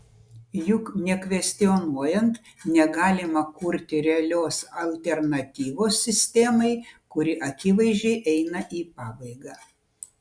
juk nekvestionuojant negalima kurti realios alternatyvos sistemai kuri akivaizdžiai eina į pabaigą